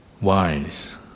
wise